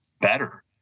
better